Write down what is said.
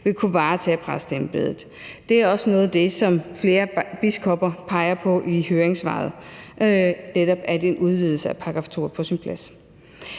vil kunne varetage præsteembedet. Det er også noget af det, som flere biskopper peger på i høringssvaret, netop at en udvidelse af § 2 er på sin plads.